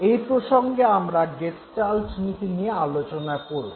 এই প্রসঙ্গে আমরা গেস্টাল্ট নীতি নিয়ে আলোচনা করব